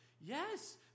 yes